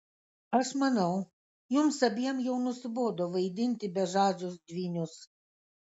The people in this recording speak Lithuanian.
aš manau jums abiem jau nusibodo vaidinti bežadžius dvynius